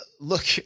Look